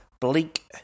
Bleak